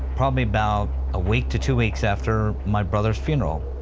probably about a week to two weeks after my brother's funeral.